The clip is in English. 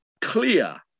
clear